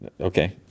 Okay